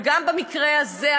וגם במקרה הזה,